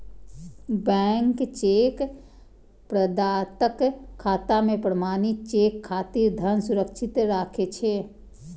bank cheque प्रदाताक खाता मे प्रमाणित चेक खातिर धन सुरक्षित राखै छै